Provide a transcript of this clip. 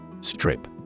Strip